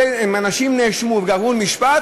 אם אנשים נאשמו ועברו למשפט,